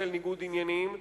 בשל ניגוד עניינים,